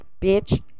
bitch